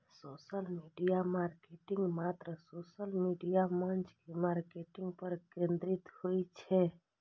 social media marketing मात्र social media मंच के मार्केटिंग पर केंद्रित होइ छै